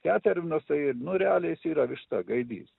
tetervinas tai nu realiai jis yra višta gaidys